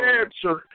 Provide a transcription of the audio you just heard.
answer